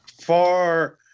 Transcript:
far